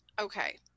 Okay